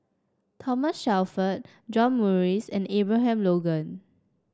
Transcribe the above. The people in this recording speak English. Thomas Shelford John Morrice and Abraham Logan